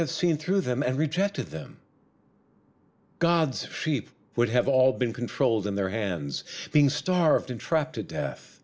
have seen through them and rejected them god's sheep would have all been controlled in their hands being starved